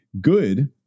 Good